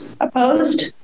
Opposed